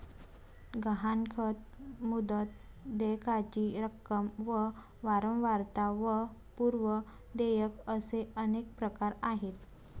गहाणखत, मुदत, देयकाची रक्कम व वारंवारता व पूर्व देयक असे अनेक प्रकार आहेत